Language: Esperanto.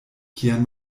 kian